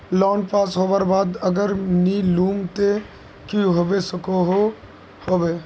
Loan pass होबार बाद अगर नी लुम ते की होबे सकोहो होबे?